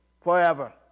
forever